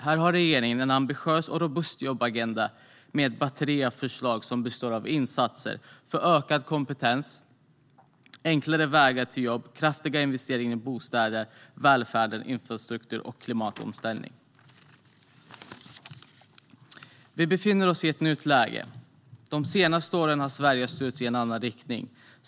Här har regeringen en ambitiös och robust jobbagenda med ett batteri av förslag som består av insatser för ökad kompetens, enklare vägar till jobb och kraftiga investeringar i bostäder, välfärd, infrastruktur och klimatomställning. Vi befinner oss i ett nytt läge. De senaste åren har Sverige styrts i en annan riktning.